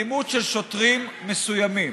אלימות של שוטרים מסוימים,